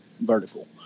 vertical